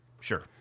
Sure